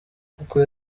kuko